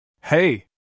Hey